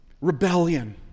rebellion